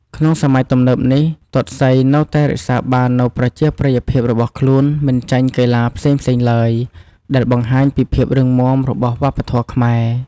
ក្នុងសម័យទំនើបនេះ ទាត់សីនៅតែរក្សាបាននូវប្រជាប្រិយភាពរបស់ខ្លួនមិនចាញ់កីឡាផ្សេងៗឡើយ ដែលបង្ហាញពីភាពរឹងមាំរបស់វប្បធម៌ខ្មែរ។